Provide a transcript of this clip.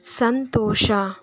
ಸಂತೋಷ